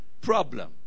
problem